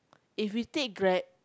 if we take Grab